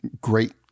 great